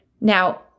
Now